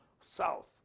South